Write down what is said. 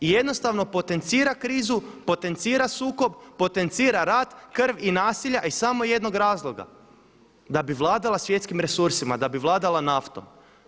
I jednostavno potencira krizu, potencira sukob, potencira rat, krv i nasilje a iz samo jednog razloga da bi vladala svjetskim resursima, da bi vladala naftom.